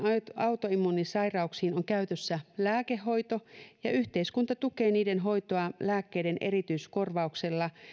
autoimmuunisairauksiin on käytössä lääkehoito ja yhteiskunta tukee niiden hoitoa lääkkeiden erityiskorvauksella